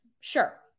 Sure